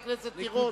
חברת הכנסת תירוש.